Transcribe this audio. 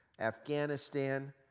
Afghanistan